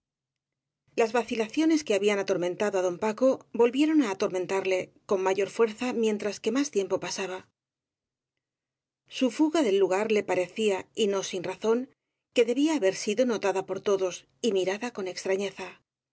las vacilaciones que habían atormentado á don paco volvieron á atormentarle con mayor fuerza mientras que más tiempo pasaba su fuga del lugar le parecía y no sin razón que debía haber sido notada por todos y mirada con extrañeza